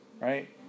right